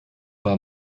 war